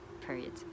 period